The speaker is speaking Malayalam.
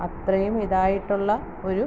അത്രയും ഇതായിട്ടുള്ള ഒരു